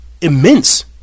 immense